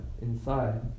inside